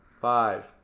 Five